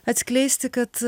atskleisti kad